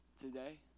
today